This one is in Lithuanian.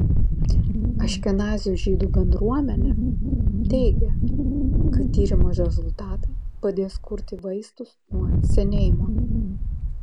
aškenazių žydų bendruomenę teigia kad tyrimo rezultatai padės kurti vaistus nuo senėjimo